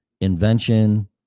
invention